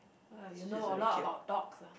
uh you know a lot of dogs ah